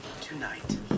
tonight